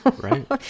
right